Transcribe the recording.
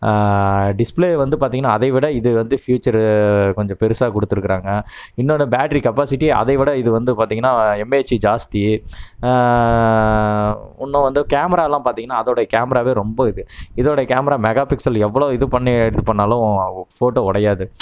display வந்து பார்த்தீங்கனா அதைவிட இது வந்து ஃப்யூச்சரு கொஞ்சம் பெருசாக கொடுத்துருக்குறாங்க இன்னொன்னு பேட்ரி கெப்பாசிட்டி அதைவிட இது வந்து பார்த்தீங்கனா எம்ஏஹெச்சி ஜாஸ்தி இன்னும் வந்து கேமரா எல்லாம் பார்த்தீங்கனா அதோட கேமராவே ரொம்ப இது இதோட கேமரா மெகாபிக்சல் எவ்வளோ இது பண்ணி எடுத்து பண்ணிணாலும் ஃபோட்டோ உடையாது